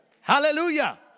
Hallelujah